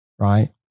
Right